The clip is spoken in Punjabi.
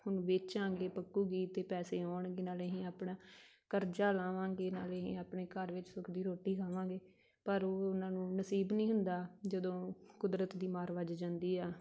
ਉਹਨੂੰ ਵੇਚਾਂਗੇ ਪੱਕੂਗੀ ਅਤੇ ਪੈਸੇ ਆਉਣਗੇ ਨਾਲੇ ਅਸੀਂ ਆਪਣਾ ਕਰਜ਼ਾ ਲਾਹਵਾਂਗੇ ਨਾਲੇ ਅਸੀਂ ਆਪਣੇ ਘਰ ਵਿੱਚ ਸੁੱਖ ਦੀ ਰੋਟੀ ਖਾਵਾਂਗੇ ਪਰ ਉਹ ਉਹਨਾਂ ਨੂੰ ਨਸੀਬ ਨਹੀਂ ਹੁੰਦਾ ਜਦੋਂ ਕੁਦਰਤ ਦੀ ਮਾਰ ਵੱਜ ਜਾਂਦੀ ਆ